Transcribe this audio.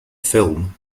film